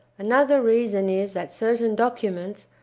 another reason is, that certain documents,